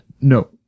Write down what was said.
No